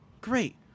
Great